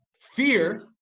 Fear